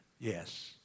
yes